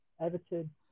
Everton